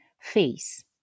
face